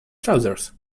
trousers